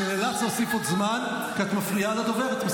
אני נאלץ להוסיף עוד זמן, כי את מפריעה לדוברת.